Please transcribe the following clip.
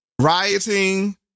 rioting